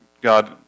God